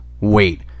wait